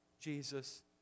Jesus